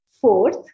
Fourth